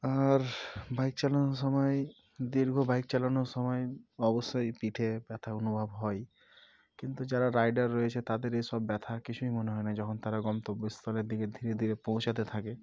আর bike চালানোর সময় দীর্ঘ বাইক চালানোর সময় অবশ্যই পিঠে ব্যথা অনুভব হয় কিন্তু যারা রাইডার রয়েছে তাদের এইসব ব্যথা কিছুই মনে হয় না যখন তারা গন্তব্যস্থলের দিকে ধীরে ধীরে পৌঁছাতে থাকে